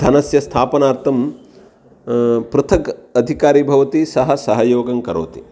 धनस्य स्थापनार्थं पृथक् अधिकारी भवति सः सहयोगं करोति